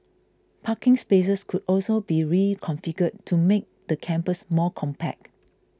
parking spaces could also be reconfigured to make the campus more compact